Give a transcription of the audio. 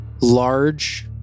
large